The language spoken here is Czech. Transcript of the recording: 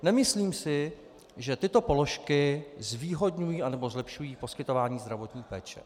Nemyslím si, že tyto položky zvýhodňují anebo zlepšují poskytování zdravotní péče.